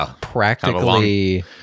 practically